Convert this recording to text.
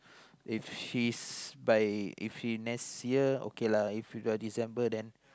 if she's by if she next year okay lah if you December then